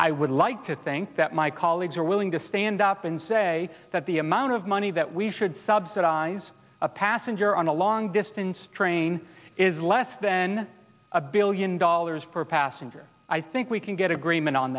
i would like to think that my colleagues are willing to stand up and say that the amount of money that we should subsidize a passenger on a long distance train is less than a billion dollars per passenger i think we can get agreement on